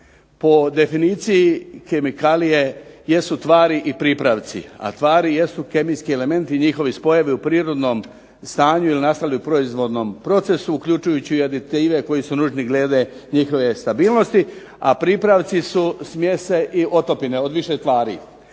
Po definiciji kemikalije jesu tvari i pripravci, a tvari jesu kemijski elementi i njihovi spojevi u prirodnom stanju ili nastali u proizvodnom procesu uključujući i aditive koji su nužni glede njihove stabilnosti, a pripravci su smjese i otopine od više tvari.